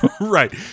Right